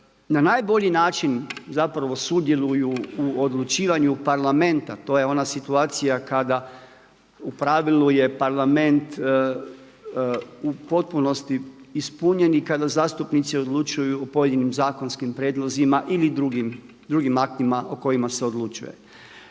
na najbolji način zapravo sudjeluju u odlučivanju parlamenta. To je ona situacija kada u pravilu je parlament u potpunosti ispunjen i kada zastupnici odlučuju o pojedinim zakonskim prijedlozima ili drugim aktima o kojima se odlučuje.